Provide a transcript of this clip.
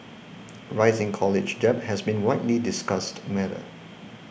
rising college debt has been a widely discussed matter